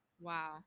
wow